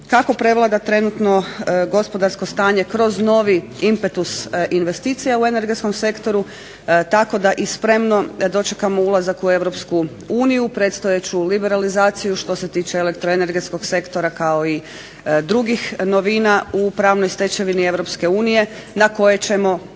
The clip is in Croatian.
kako prevlada trenutno gospodarsko stanje kroz novi impetus investicija u energetskom sektoru tako da i spremno dočekamo ulazak u EU, predstojeću liberalizaciju što se tiče elektroenergetskog sektora kao i drugih novina u pravnoj stečevini EU na koje ćemo morati